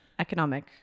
economic